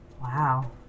Wow